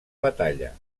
batalla